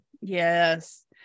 yes